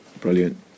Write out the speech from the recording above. brilliant